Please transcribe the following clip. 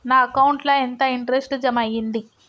నా అకౌంట్ ల ఎంత ఇంట్రెస్ట్ జమ అయ్యింది?